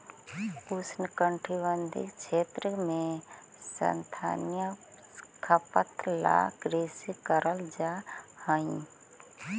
उष्णकटिबंधीय क्षेत्र में स्थानीय खपत ला कृषि करल जा हई